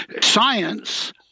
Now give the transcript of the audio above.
science